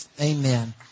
Amen